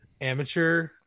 amateur